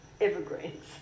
evergreens